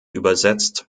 übersetzt